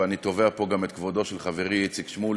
ואני תובע פה את כבודו של חברי איציק שמולי,